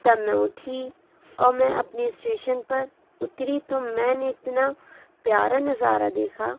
تب میں اٹھی اور میں اپنی اسٹیشن پر اتری تو میں نے اتنا پیارا نظارہ دیکھا